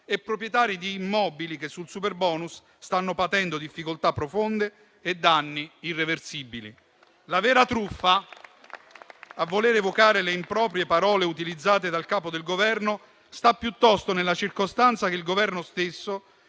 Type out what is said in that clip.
e proprietari di immobili che sul superbonus stanno patendo difficoltà profonde e danni irreversibili. La vera truffa, a voler evocare le improprie parole utilizzate dal Capo del Governo, sta piuttosto nella circostanza che il Governo stesso